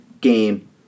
game